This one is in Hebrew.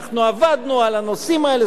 אנחנו עבדנו על הנושאים האלה,